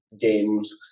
games